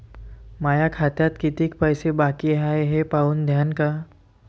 माया खात्यात कितीक पैसे बाकी हाय हे पाहून द्यान का?